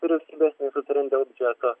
vyriausybės nesutariant dėl biudžeto